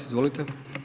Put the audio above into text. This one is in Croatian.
Izvolite.